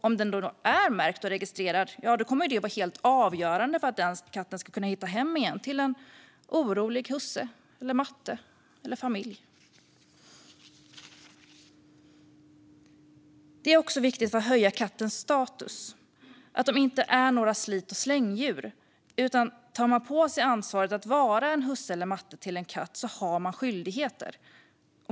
Om den är märkt och registrerad kommer detta att vara helt avgörande för att katten ska kunna hitta hem igen till en orolig matte, husse eller familj. För att höja kattens status är det också viktigt att de inte är några slit-och-släng-djur, utan om man tar på sig ansvaret att vara husse eller matte till en katt har man skyldigheter.